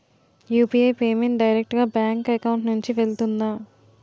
UPI payment direct గా bank account నుంచి వెళ్తుందా?